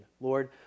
Lord